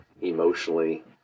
emotionally